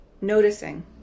noticing